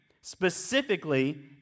Specifically